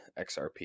XRP